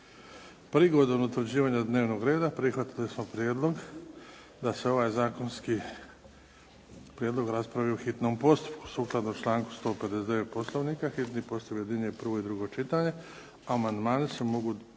Prigodom utvrđivanja dnevnog reda prihvatili smo prijedlog da se ovaj zakonski prijedlog raspravi u hitnom postupku. Sukladno članku 159. Poslovnika hitni postupak objedinjuje prvo i drugo čitanje.